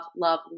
love